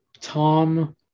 tom